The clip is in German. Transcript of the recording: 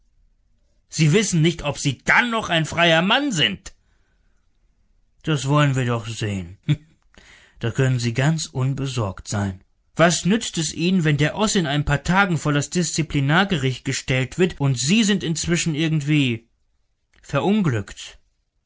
sie wissen nicht ob sie dann noch ein freier mann sind das wollen wir doch sehen da können sie ganz unbesorgt sein was nützt es ihnen wenn der oß in ein paar tagen vor das disziplinargericht gestellt wird und sie sind inzwischen irgendwie verunglückt